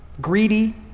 greedy